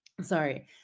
Sorry